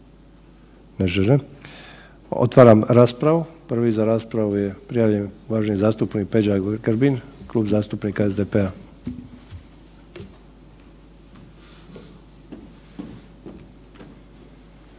Ne žele. Otvaram raspravu. Prvi za raspravu je prijavljen uvaženi zastupnik Peđa Grbin, Klub zastupnika SDP-a.